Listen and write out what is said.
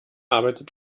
arbeitet